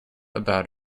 about